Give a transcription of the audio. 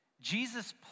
Jesus